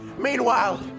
Meanwhile